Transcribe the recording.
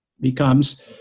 becomes